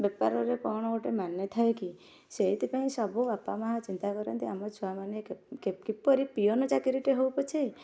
ବେପାରରେ କ'ଣ ଗୋଟେ ମାନେ ଥାଏ କି ସେଇଥିପାଇଁ ସବୁ ବାପା ମାଆ ଚିନ୍ତା କରନ୍ତି ଆମ ଛୁଆମାନେ କିପରି ପିଅନ୍ ଚାକିରୀଟେ ହଉ ପଛେ